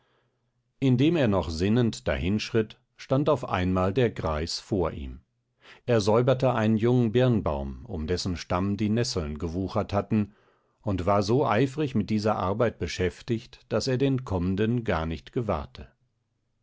indem er noch sinnend dahinschritt stand auf einmal der greis vor ihm er säuberte einen jungen birnbaum um dessen stamm die nesseln gewuchert hatten und war so eifrig mit dieser arbeit beschäftigt daß er den kommenden gar nicht gewahrte